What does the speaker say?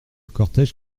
cortège